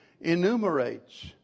enumerates